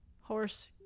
Horse